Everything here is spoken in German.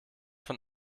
von